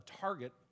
target